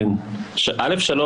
שלום.